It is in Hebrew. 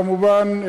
כמובן,